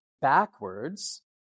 backwards